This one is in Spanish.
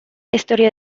historia